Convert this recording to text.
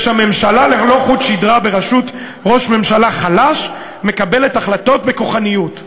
יש: "ממשלה ללא חוט שדרה בראשות ראש ממשלה חלש מקבלת החלטות בכוחניות".